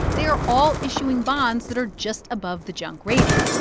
they are all issuing bonds that are just above the junk rating.